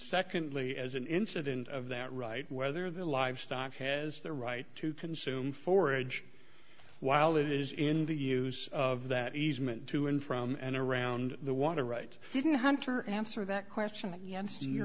secondly as an incident of that right whether the livestock has the right to consume forage while it is in the use of that easement to and from and around the water right didn't hunter answer that question yes you